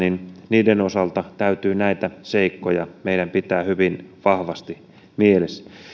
niiden osalta täytyy näitä seikkoja meidän pitää hyvin vahvasti mielessä